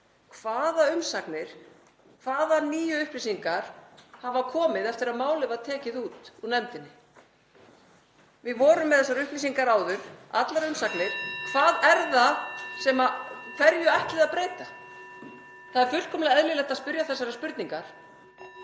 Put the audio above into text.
Hvaða umsagnir, hvaða nýju upplýsingar hafa komið eftir að málið var tekið út úr nefndinni? Við vorum með þessar upplýsingar áður, allar umsagnir. (Forseti hringir.) Hverju ætlið þið að breyta? Það er fullkomlega eðlilegt að spyrja þessarar spurningar